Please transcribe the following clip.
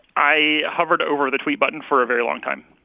i hovered over the tweet button for a very long time